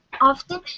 often